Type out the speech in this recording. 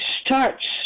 starts